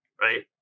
right